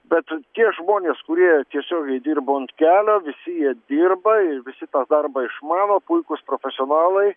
bet tie žmonės kurie tiesiogiai dirba unt kelio visi jie dirba ir visi tą darbą išmano puikūs profesionalai